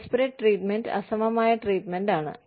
disparate treatment അസമമായ treatment ആണ്